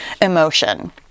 emotion